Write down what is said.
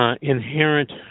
inherent